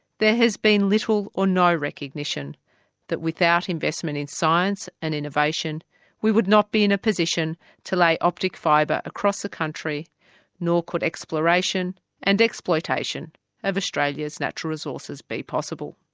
there has been little or no recognition that without investment in science and innovation we would not be in a position to lay optic fibre across the country nor could exploration and exploitation of australia's natural resources be possible.